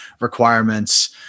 requirements